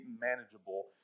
manageable